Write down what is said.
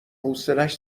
حوصلش